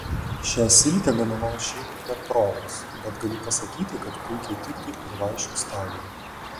šią silkę gaminau šiaip be progos bet galiu pasakyti kad puikiai tiktų ir vaišių stalui